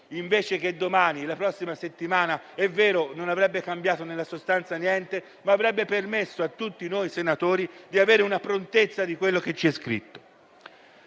invece che domani, la prossima settimana, è vero non avrebbe cambiato nulla nella sostanza, ma avrebbe permesso a tutti noi senatori di avere una prontezza rispetto a quanto vi è scritto.